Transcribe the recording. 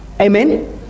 Amen